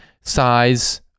size